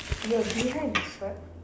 your behind is what